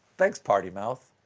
thanks party mouth.